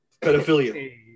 Pedophilia